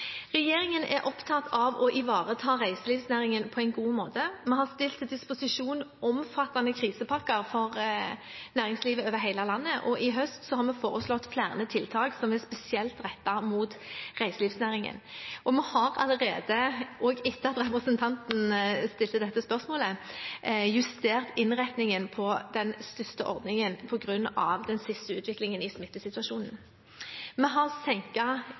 Regjeringen er opptatt av å ivareta reiselivsnæringen på en god måte. Vi har stilt til disposisjon omfattende krisepakker for næringslivet over hele landet, og i høst har vi foreslått flere tiltak som er spesielt rettet mot reiselivsnæringen. Vi har allerede, også etter at representanten stilte dette spørsmålet, justert innretningen på den største ordningen på grunn av den siste utviklingen i smittesituasjonen. Vi har